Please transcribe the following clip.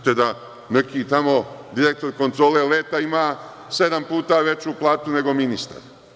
Kako da neki tamo direktor Kontrole leta ima sedam puta veću platu nego ministar?